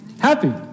Happy